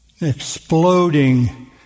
exploding